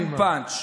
אין פאנץ'.